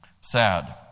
Sad